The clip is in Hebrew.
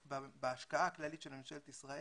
שבהשקעה הכללית של מדינת ישראל,